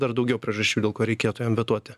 dar daugiau priežasčių dėl ko reikėtų jam vetuoti